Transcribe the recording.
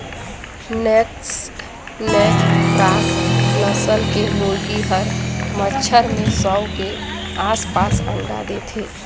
naked neck cross नसल के मुरगी हर बच्छर में सौ के आसपास अंडा देथे